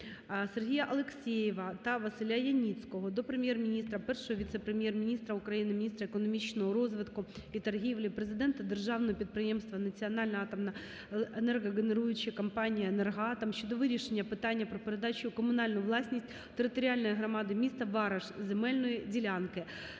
Сергія Алєксєєва та Василя Яніцького до Прем'єр-міністра, Першого віце-прем'єр-міністра України – міністра економічного розвитку і торгівлі України, президента державного підприємства "Національна атомна енергогенеруюча компанія "Енергоатом" щодо вирішенні питання про передачу у комунальну власність територіальної громади міста Вараш земельної ділянки.